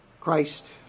Christ